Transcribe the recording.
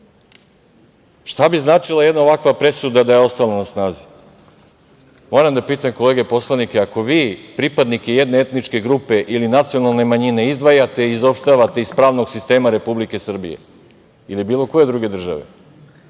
bi značila jedna ovakva presuda da je ostala na snazi? Moram da pitam kolege poslanike, ako vi pripadnike jedne etničke grupe ili nacionalne manjine izdvajate, izopštavate iz pravnog sistema Republike Srbije ili bilo koje druge države,